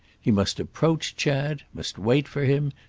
he must approach chad, must wait for him,